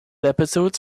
episodes